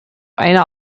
einer